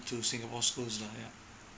to singapore schools lah yup